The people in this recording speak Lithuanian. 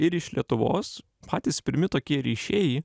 ir iš lietuvos patys pirmi tokie ryšiai